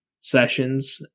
sessions